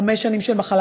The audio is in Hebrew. חמש שנים של מחלה,